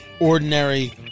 ordinary